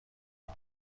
رنو